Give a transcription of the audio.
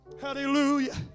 Hallelujah